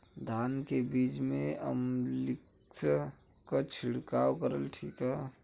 धान के बिज में अलमिक्स क छिड़काव करल ठीक ह?